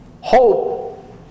Hope